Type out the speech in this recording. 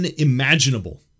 unimaginable